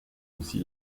aussi